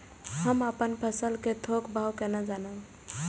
हम अपन फसल कै थौक भाव केना जानब?